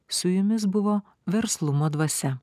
su jumis buvo verslumo dvasia